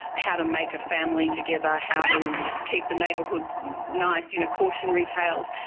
how to make a family together, how to keep the neighbourhood nice, you know, cautionary tales.